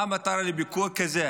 מה המטרה לביקור כזה?